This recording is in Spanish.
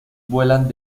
vuelan